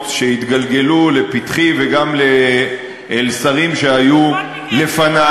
שהתגלגלו לפתחי וגם אל שרים שהיו לפני,